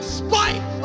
spite